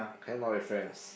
hang out with friends